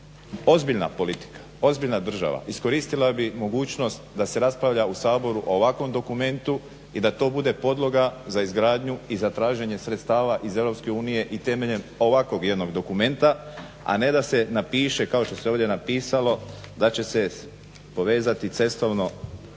ozbiljna politika, ozbiljna država iskoristila bi mogućnost da se raspravlja u Saboru o ovakvom dokumentu i da to bude podloga za izgradnju i za traženje sredstava EU i temeljem ovakvog jednog dokumenta, a ne da se napiše kao što se ovdje napisalo da će se povezati cestovno